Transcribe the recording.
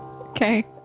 Okay